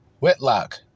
Whitlock